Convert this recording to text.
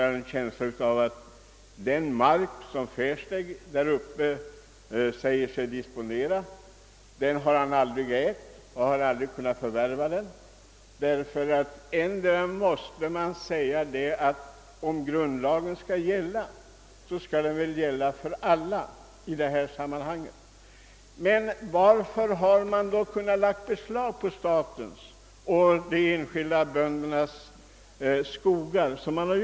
Jag skulle i varje fall tro att disponent Versteegh aldrig ägt eller ens kunnat förvärva den mark som han disponerat över uppe i Norrland. Om grundlagen skall gälla, skall den väl tillämpas för alla i detta sammanhang. Hur har man då kunnat lägga beslag på statliga skogar och enskilda bondeskogar på det sätt som skett?